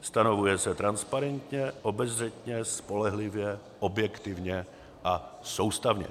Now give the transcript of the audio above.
Stanovuje se transparentně, obezřetně, spolehlivě, objektivně a soustavně.